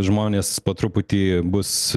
žmonės po truputį bus